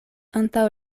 antaŭ